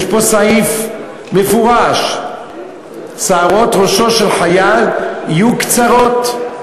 יש פה סעיף מפורש: "שערות ראשו של חייל יהיו קצרות.